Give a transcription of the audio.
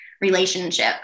relationship